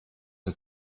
ist